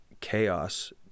chaos